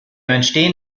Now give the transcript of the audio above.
entstehen